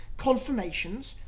confirmations,